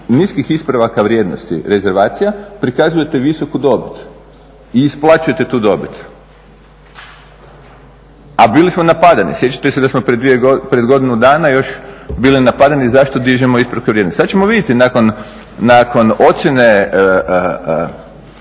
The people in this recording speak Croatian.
niskih ispravaka vrijednosti rezervacija prikazujete visoku dobit i isplaćujete tu dobit, a bili smo napadani. Sjećate se da smo prije godinu dana još bili napadani zašto dižemo …. Sad ćemo vidjeti nakon ocijene